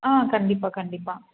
ஆ கண்டிப்பாக கண்டிப்பாக